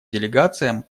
делегациям